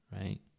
right